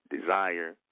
desire